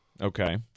okay